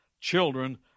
children